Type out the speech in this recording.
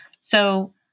So-